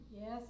Yes